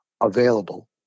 available